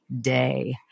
day